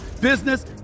business